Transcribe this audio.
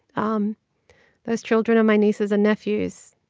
um those children are my nieces and nephews.